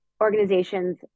organizations